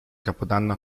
capodanno